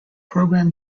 program